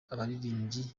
abaririmbyi